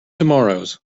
tomorrows